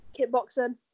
kickboxing